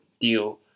deal